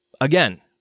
again